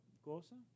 cosa